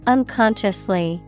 Unconsciously